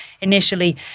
initially